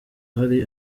hari